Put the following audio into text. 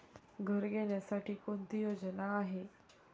घर घेण्यासाठी कोणती योजना आहे?